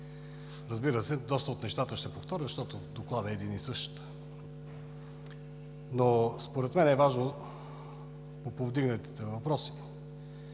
Разбира се, доста от нещата ще повторя, защото Докладът е един и същ, но според мен е важно по повдигнатите въпроси